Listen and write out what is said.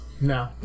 no